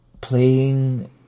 playing